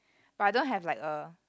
but I don't have like a